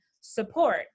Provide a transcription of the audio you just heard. support